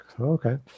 Okay